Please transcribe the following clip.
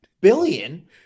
billion